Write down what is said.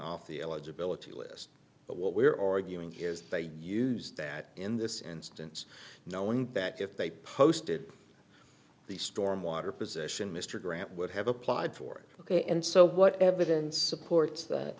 off the eligibility list but what we're arguing here is they used that in this instance knowing that if they posted the stormwater position mr grant would have applied for it ok and so what evidence supports that